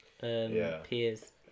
peers